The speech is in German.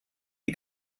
die